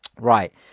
Right